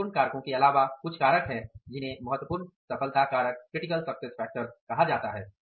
महत्वपूर्ण कारकों के अलावा कुछ कारक हैं जिन्हें महत्वपूर्ण सफलता कारक कहा जाता है